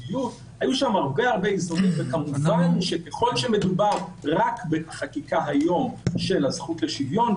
ככל שמדובר בחקיקה של הזכות לשוויון,